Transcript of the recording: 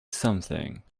something